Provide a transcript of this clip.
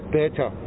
better